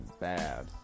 bad